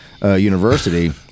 University